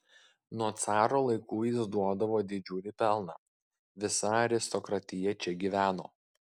nuo caro laikų jis duodavo didžiulį pelną visa aristokratija čia gyveno